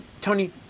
Tony